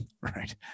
Right